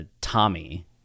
Tommy